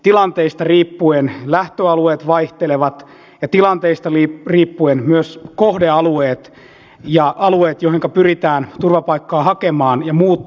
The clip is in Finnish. tilanteista riippuen lähtöalueet vaihtelevat ja tilanteista riippuen myös kohdealueet ja alueet joihinka pyritään turvapaikkaa hakemaan ja muuttamaan vaihtuvat